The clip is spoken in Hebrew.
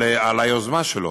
על היוזמה שלו,